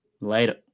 Later